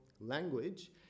language